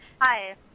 Hi